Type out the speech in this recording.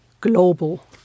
global